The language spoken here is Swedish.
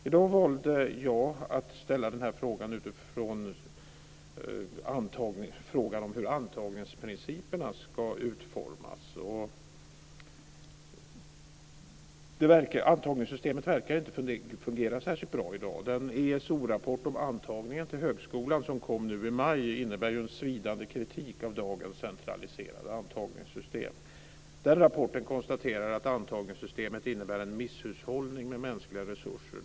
I dag valde jag att ställa frågan om hur antagningsprinciperna ska utformas. Antagningssystemet verkar inte fungera särskilt bra i dag. Den ESO-rapport om antagningen till högskolan som kom nu i maj innebär en svidande kritik av dagens centraliserade antagningssystem. Rapporten konstaterar att antagningssystemet är en misshushållning med mänskliga resurser.